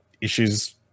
issues